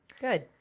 Good